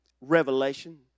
Revelation